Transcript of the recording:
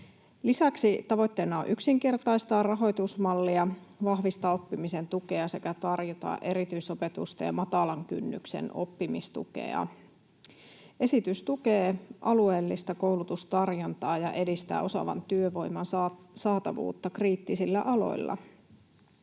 Lisäksi tavoitteena on yksinkertaistaa rahoitusmallia, vahvistaa oppimisen tukea sekä tarjota erityisopetusta ja matalan kynnyksen oppimistukea. Esitys tukee alueellista koulutustarjontaa ja edistää osaavan työvoiman saatavuutta kriittisillä aloilla.